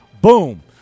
Boom